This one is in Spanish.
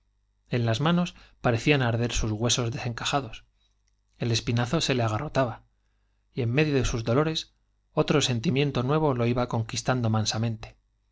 en las manos parecían arder sus huesos desencajados el espinazo se le engarrotaba y en medio de sus dolores otro sentimiento nuevo lo iba conquistando mansamente